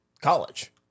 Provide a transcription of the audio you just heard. college